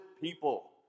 people